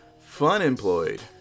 fun-employed